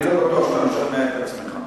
אני לא בטוח שאתה משכנע את עצמך.